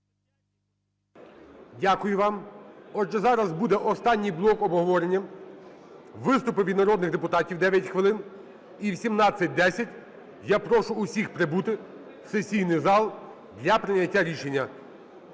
Дякую вам. Отже, зараз буде останній блок обговорення – виступи від народних депутатів, 9 хвилин. І в 17:10 я прошу усіх прибути в сесійний зал для прийняття рішення.